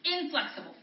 inflexible